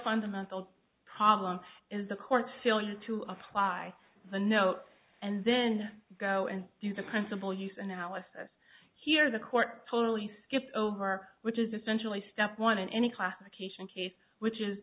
fundamental problem is the courts failure to apply the know and then go and do the principal use analysis here the court totally skipped over which is essentially step one in any classification case which is